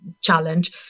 challenge